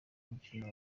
umukino